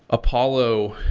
apollo,